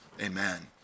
amen